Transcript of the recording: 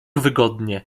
wygodnie